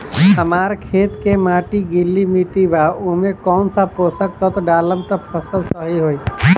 हमार खेत के माटी गीली मिट्टी बा ओमे कौन सा पोशक तत्व डालम त फसल सही होई?